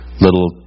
little